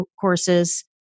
courses